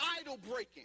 idol-breaking